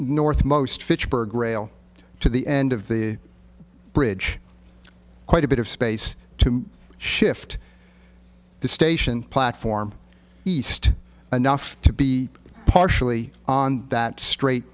north most fitchburg rail to the end of the bridge quite a bit of space to shift the station platform east anough to be partially on that straight